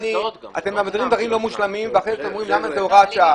אתם מביאים דברים לא מושלמים ואחר-כך שואלים למה זה בהוראת שעה.